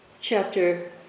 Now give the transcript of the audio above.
chapter